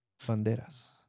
Banderas